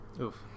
Oof